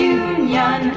union